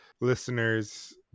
listeners